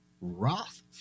Roth